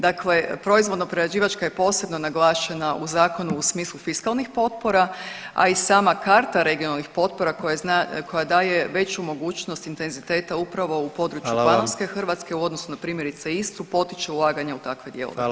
Dakle, proizvodno prerađivačka je posebno naglašena u zakonu u smislu fiskalnih potpora, a i sama karta regionalnih potpora koja daje veću mogućnost intenziteta upravo u području [[Upadica: Hvala vam.]] Panonske Hrvatske u odnosu na primjerice Istru potiče ulaganja u takve dijelove Hrvatske.